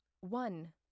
One